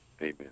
Amen